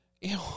Ew